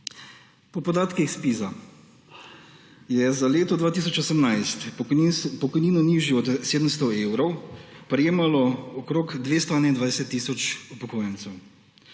Po podatkih ZPIZ-a je za leto 2018 pokojnino, nižjo od 700 evrov, prejemalo okoli 221 tisoč upokojencev.